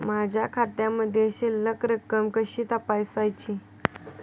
माझ्या खात्यामधील शिल्लक रक्कम कशी तपासायची?